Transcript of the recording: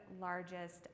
largest